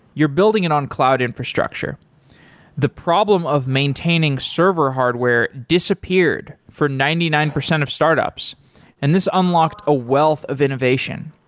you're building it on cloud infrastructure the problem of maintaining server hardware disappeared for ninety nine percent of startups and this unlocked a wealth of innovation.